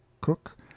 Cook